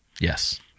Yes